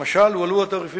למשל, הועלו התעריפים